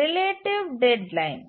relative deadline